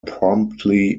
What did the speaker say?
promptly